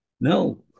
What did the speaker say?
No